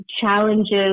challenges